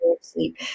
sleep